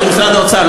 זה משרד האוצר,